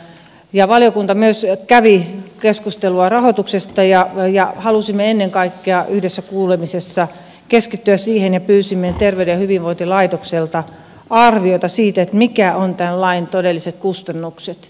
myös valiokunta kävi keskustelua rahoituksesta ja halusimme ennen kaikkea yhdessä kuulemisessa keskittyä siihen ja pyysimme terveyden ja hyvinvoinnin laitokselta arviota siitä mitkä ovat tämän lain todelliset kustannukset